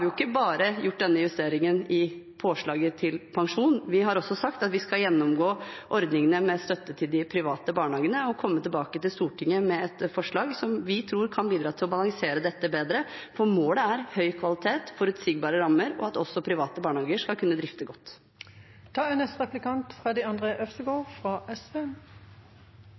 vi ikke bare gjort denne justeringen i påslaget til pensjon, vi har også sagt at vi skal gjennomgå ordningene med støtte til de private barnehagene og komme tilbake til Stortinget med et forslag som vi tror kan bidra til å balansere dette bedre. For målet er høy kvalitet, forutsigbare rammer og at også private barnehager skal kunne drifte